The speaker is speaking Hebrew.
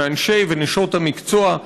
מנשות ומאנשי המקצוע,